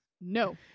No